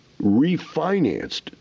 refinanced